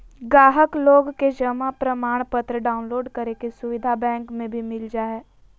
गाहक लोग के जमा प्रमाणपत्र डाउनलोड करे के सुविधा बैंक मे भी मिल जा हय